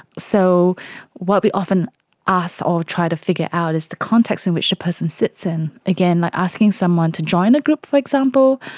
so what we often ask or try to figure out is the context in which a person sits in. again, like asking someone to join a group, for example,